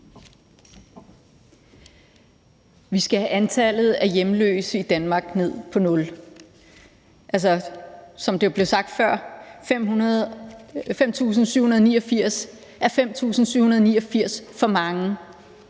Vi skal have antallet af hjemløse i Danmark ned på nul. Som det blev sagt før: 5.789 er 5.789 for mange.